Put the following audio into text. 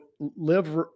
Live